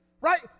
right